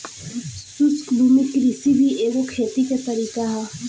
शुष्क भूमि कृषि भी एगो खेती के तरीका ह